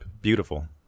Beautiful